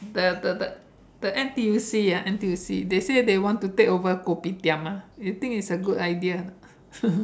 the the the the N_T_U_C ah N_T_U_C they say they want to take over Kopitiam ah you think it's a good idea or not